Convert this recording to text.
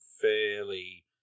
fairly